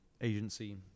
agency